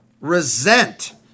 resent